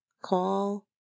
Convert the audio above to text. Call